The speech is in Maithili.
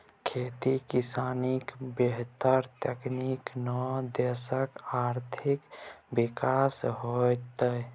खेती किसानी बढ़ितै तखने न देशक आर्थिक विकास हेतेय